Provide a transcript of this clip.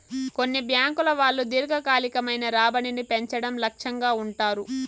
కొన్ని బ్యాంకుల వాళ్ళు దీర్ఘకాలికమైన రాబడిని పెంచడం లక్ష్యంగా ఉంటారు